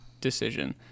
decision